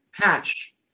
patch